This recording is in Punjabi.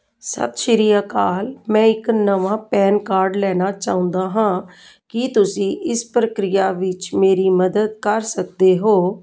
ਸਤਿ ਸ੍ਰੀ ਅਕਾਲ ਮੈਂ ਇੱਕ ਨਵਾਂ ਪੈਨ ਕਾਰਡ ਲੈਣਾ ਚਾਹੁੰਦਾ ਹਾਂ ਕੀ ਤੁਸੀਂ ਇਸ ਪ੍ਰਕਿਰਿਆ ਵਿੱਚ ਮੇਰੀ ਮਦਦ ਕਰ ਸਕਦੇ ਹੋ